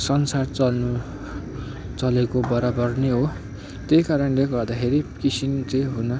संसार चल्नु चलेको बराबर नै हो त्यही कारणले गर्दाखेरि किसान चाहिँ हुन